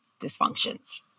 dysfunctions